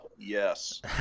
Yes